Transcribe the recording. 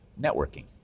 networking